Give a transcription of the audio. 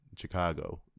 Chicago